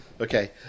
Okay